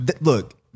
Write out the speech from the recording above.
Look